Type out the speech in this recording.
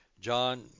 John